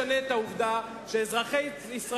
שום דבר לא ישנה את העובדה שאזרחי ישראל